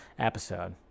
episode